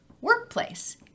workplace